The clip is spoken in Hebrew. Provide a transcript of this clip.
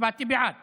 הצבעתי בעד